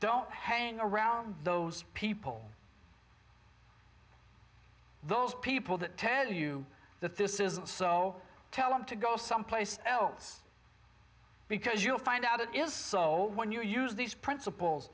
hang around those people those people that tell you that this isn't so tell them to go someplace else because you'll find out it is so when you use these princip